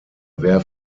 wer